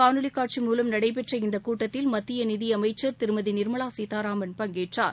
காணொலி காட்சி மூலம் நடைபெற்ற இந்த கூட்டத்தில் மத்திய நிதியமைச்ச் திருமதி நிமலா சீதாராமன் பங்கேற்றார்